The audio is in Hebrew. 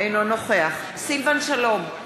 אינו נוכח סילבן שלום,